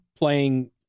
playing